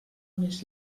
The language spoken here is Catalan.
més